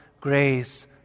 grace